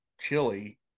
chili